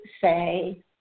say